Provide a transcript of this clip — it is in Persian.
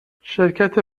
شرکت